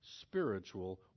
spiritual